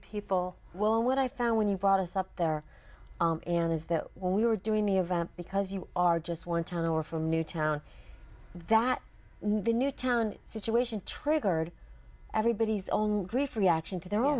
people well what i found when you brought us up there and is that when we were doing the event because you are just one turn over from newtown that the newtown situation triggered everybody's own grief reaction to their